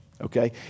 Okay